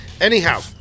Anyhow